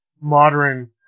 modern